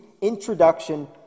introduction